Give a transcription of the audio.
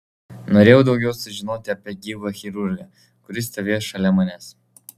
norėjau daugiau sužinoti apie gyvą chirurgą kuris stovėjo šalia manęs